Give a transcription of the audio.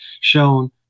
shown